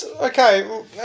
Okay